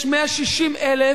יש 160,000